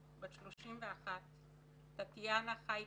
בת 31. טטיאנה חייקין,